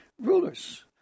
rulers